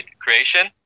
creation